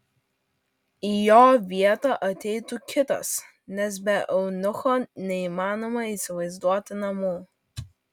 į jo vietą ateitų kitas nes be eunucho neįmanoma įsivaizduoti namų